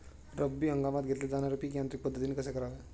रब्बी हंगामात घेतले जाणारे पीक यांत्रिक पद्धतीने कसे करावे?